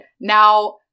now